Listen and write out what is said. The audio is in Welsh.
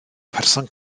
person